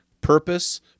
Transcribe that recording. purpose